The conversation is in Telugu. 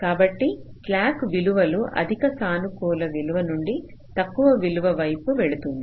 కాబట్టి స్లాక్ విలువలు అధిక సానుకూల విలువ నుండి తక్కువ విలువ వైపు వెళుతుంది